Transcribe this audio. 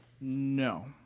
No